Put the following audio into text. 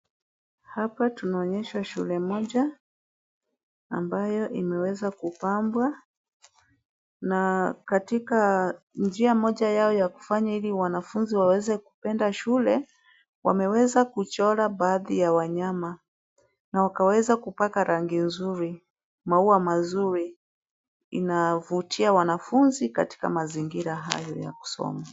Hapa tunaonyeshwa shule moja ambayo imeweza kupambwa na katika njia moja yao ya kufanya ili wanafunzi waweze kupenda shule, wameweza kuchora baadhi ya wanyama na wakaweza kupaka rangi nzuri, maua mazuri. Inavutia wanafunzi katika mazingira hayo ya kusoma.